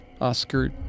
Oscar